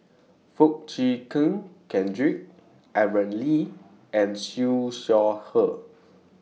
Foo Chee Keng Cedric Aaron Lee and Siew Shaw Her